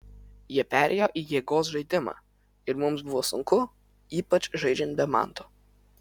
jie perėjo į jėgos žaidimą ir mums buvo sunku ypač žaidžiant be manto